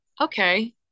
okay